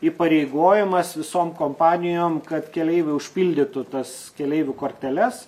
įpareigojamas visom kompanijom kad keleiviai užpildytų tas keleivių korteles